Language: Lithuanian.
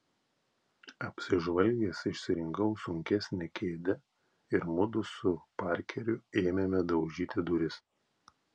apsižvalgęs išsirinkau sunkesnę kėdę ir mudu su parkeriu ėmėme daužyti duris